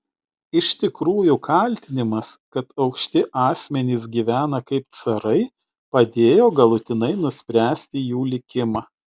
iš tikrųjų kaltinimas kad aukšti asmenys gyvena kaip carai padėjo galutinai nuspręsti jų likimą